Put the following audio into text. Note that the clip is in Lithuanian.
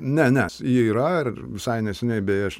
ne nes ji yra visai neseniai beje aš